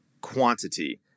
quantity